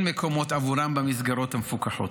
שאין מקומות עבורם במסגרות המפוקחות.